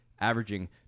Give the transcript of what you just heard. Averaging